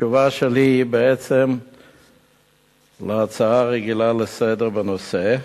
התשובה שלי בעצם להצעה רגילה לסדר בנושא היא,